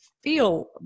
feel